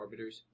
Orbiters